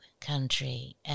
country